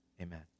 amen